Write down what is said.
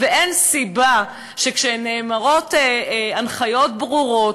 ואין סיבה שכשנאמרות הנחיות ברורות